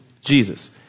Jesus